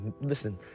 Listen